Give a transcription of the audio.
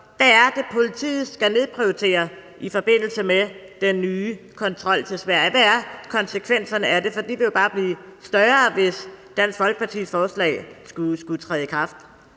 Hvad er det, politiet skal nedprioritere i forbindelse med den nye kontrol til Sverige? Hvad er konsekvenserne af det? De vil jo bare blive større, hvis Dansk Folkepartis forslag skulle træde i kraft.